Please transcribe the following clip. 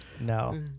no